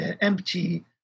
empty